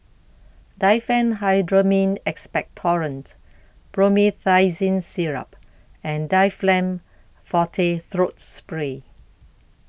Diphenhydramine Expectorant Promethazine Syrup and Difflam Forte Throat Spray